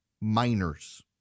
minors